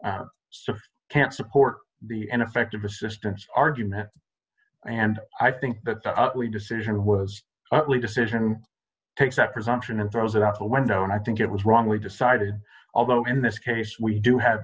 can so i can't support the and effective assistance argument and i think that the ugly decision was a decision takes that presumption and throws it out when i don't i think it was wrongly decided although in this case we do have